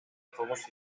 кылмыш